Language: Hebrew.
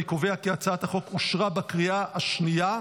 אני קובע כי הצעת החוק אושרה בקריאה השנייה.